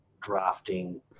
drafting